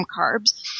carbs